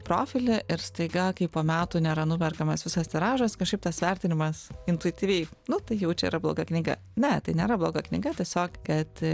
profilį ir staiga kai po metų nėra nuperkamas visas tiražas kažkaip tas vertinimas intuityviai nu tai jau čia yra bloga knyga ne tai nėra bloga knyga tiesiog kad